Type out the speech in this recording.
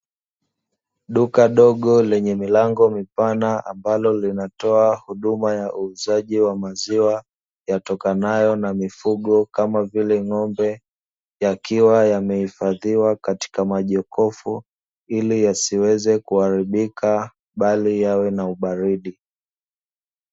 Duka dogo lenye milango mipana ambalo linatoa huduma ya uuzaji wa maziwa yatokanayo na mifugo kama vile ng'ombe, yakiwa yamehifadhiwa katika majokofu ili yasiweze kuharibika bali yawe na ubaridi.